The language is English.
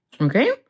Okay